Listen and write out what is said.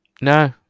No